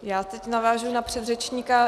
Já teď navážu na předřečníka.